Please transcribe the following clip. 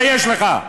תתבייש לך.